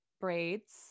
braids